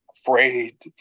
afraid